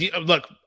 look